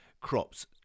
crops